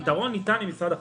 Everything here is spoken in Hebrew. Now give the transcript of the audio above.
הפתרון ניתן עם משרד החקלאות.